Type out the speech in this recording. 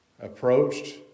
approached